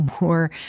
more